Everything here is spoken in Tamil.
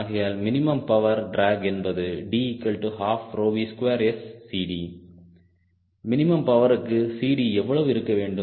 ஆகையால் மினிமம் பவர் டிராக் என்பது D12V2SCD மினிமம் பவருக்கு CDஎவ்வளவு இருக்க வேண்டும்